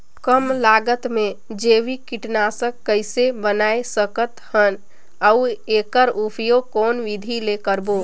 कम लागत मे जैविक कीटनाशक कइसे बनाय सकत हन अउ एकर उपयोग कौन विधि ले करबो?